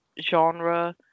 genre